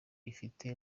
ifite